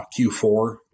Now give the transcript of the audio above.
Q4